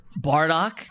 Bardock